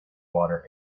water